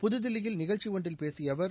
புதுதில்லியில் நிகழ்ச்சி ஒன்றில் பேசிய அவர்